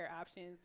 options